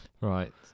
Right